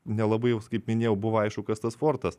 nelabai jiems kaip minėjau buvo aišku kas tas fortas